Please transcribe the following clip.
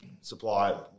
supply